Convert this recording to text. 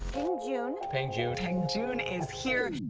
peng joon. peng joon. peng joon is here.